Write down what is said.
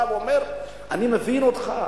בא ואומר: אני מבין אותך.